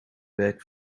werk